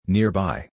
Nearby